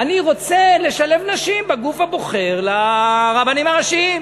אני רוצה לשלב נשים בגוף הבוחר רבנים הראשיים.